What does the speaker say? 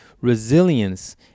Resilience